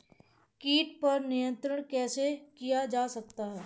कीट पर नियंत्रण कैसे किया जा सकता है?